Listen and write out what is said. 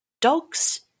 dogs